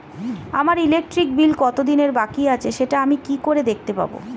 আমার electric bill কত দিনের বাকি আছে সেটা আমি কি করে দেখতে পাবো?